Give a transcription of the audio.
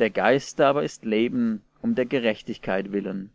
der geist aber ist leben um der gerechtigkeit willen